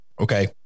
okay